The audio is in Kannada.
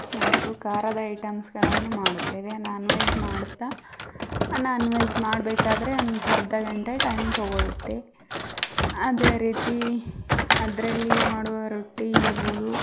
ಮತ್ತು ಖಾರದ ಐಟಮ್ಸ್ಗಳನ್ನು ಮಾಡುತ್ತೇವೆ ನಾನ್ವೆಝ್ ಮಾಡುತ್ತೆ ನಾನ್ವೆಝ್ ಮಾಡಬೇಕಾದ್ರೆ ಒಂದು ಅರ್ಧ ಗಂಟೆ ಟೈಮ್ ತೊಗೊಳ್ಳುತ್ತೆ ಅದೇ ರೀತಿ ಅದರಲ್ಲಿ ಮಾಡುವ ರೊಟ್ಟಿ ಇರ್ಬೋದು